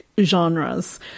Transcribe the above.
genres